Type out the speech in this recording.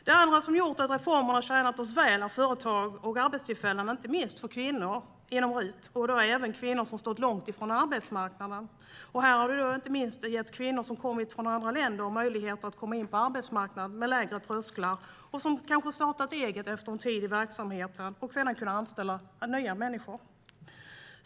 De andra som har gjort att reformerna tjänat oss väl är att de har gynnat företag och arbetstillfällen, inte minst för kvinnor inom RUT, och då även kvinnor som stått långt från arbetsmarknaden. Inte minst har detta gett kvinnor som kommit från andra länder en möjlighet att komma in på arbetsmarknaden, med lägre trösklar. De har kanske startat eget efter en tid och sedan kunnat anställa fler.